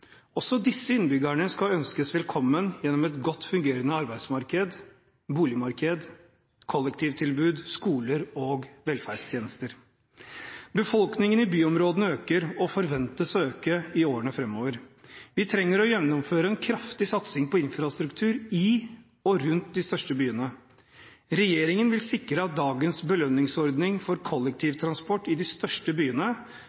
Også disse innbyggerne skal ønskes velkommen gjennom et godt fungerende arbeidsmarked, boligmarked, kollektivtilbud, skoler og velferdstjenester. Befolkningen i byområdene øker og forventes å øke i årene framover. Vi trenger å gjennomføre en kraftig satsing på infrastruktur i og rundt de største byene. Regjeringen vil sikre at dagens belønningsordning for